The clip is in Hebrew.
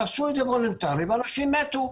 תעשו את זה וולונטרי ואנשים מתו.